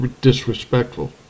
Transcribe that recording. disrespectful